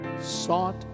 sought